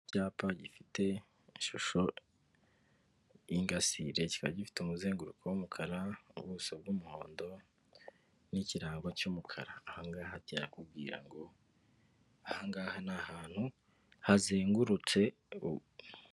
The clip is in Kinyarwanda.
Icyapa gifite ishusho y'ingasire kikaba gifite umuzenguruko w'umukara ubuso bw'umuhondo n'ikirango cy'umukara, aha ngaha kirakubwira ngo aha ngaha ni ahantu hazengurutse.